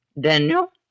Daniel